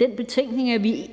Den betænkning er vi